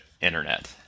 internet